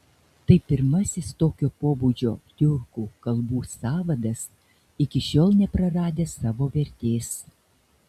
tai pirmasis tokio pobūdžio tiurkų kalbų sąvadas iki šiol nepraradęs savo vertės